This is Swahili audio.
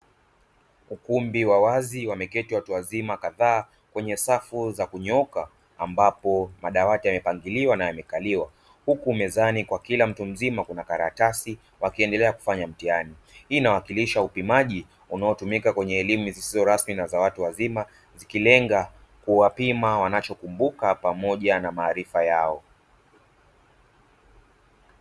Ukumbi wa wazi wameketi watu wazima kadhaa kwenye safu za kunyooka, ambapo madawati yamepangiliwa na yamekaliwa. Huku mezani kwa kila mtu mzima kuna karatasi wakiendelea kufanya mtihani. Hii inawakilisha upimaji unaotumika kwenye elimu zisizo rasmi na za watu wazima, ikilenga kuwapima wanachokumbuka pamoja na maarifa yao.